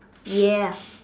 ya